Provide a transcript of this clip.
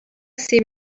see